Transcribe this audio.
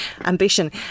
ambition